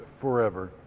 forever